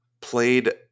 played